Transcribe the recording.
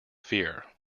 fear